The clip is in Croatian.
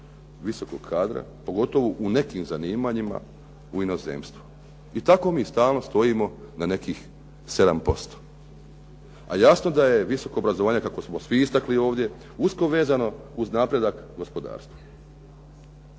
visokog kadra pogotovo u nekim zanimanjima u inozemstvo? I tako mi stalno stojimo na nekih 7%. A jasno da je visoko obrazovanje kako smo svi istakli ovdje usko vezano uz napredak gospodarstva.